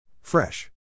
Fresh